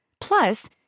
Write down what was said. Plus